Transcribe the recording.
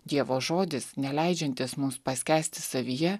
dievo žodis neleidžiantis mums paskęsti savyje